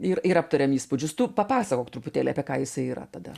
ir ir aptarėm įspūdžius tu papasakok truputėlį apie ką jisai yra tada